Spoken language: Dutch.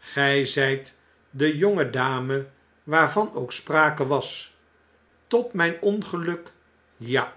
gg zgt de jonge dame waarvan ook sprake was tot mgn ongeluk ja